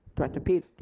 director peters?